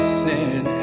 sin